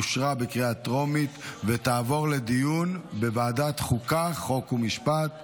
אושרה בקריאה טרומית ותעבור לדיון בוועדת חוקה חוק ומשפט.